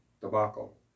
debacle